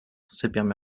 sypiam